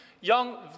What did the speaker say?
young